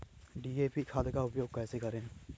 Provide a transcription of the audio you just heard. DAP खाद का उपयोग कैसे करें?